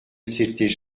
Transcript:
s’étaient